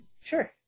Sure